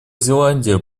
зеландия